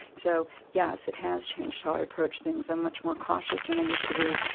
so yes, it has changed how i approach things. i'm much more cautious than i used to be.